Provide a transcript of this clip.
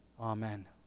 amen